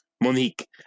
Monique